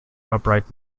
upright